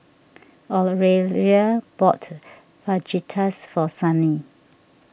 Aurelia bought Fajitas for Sunny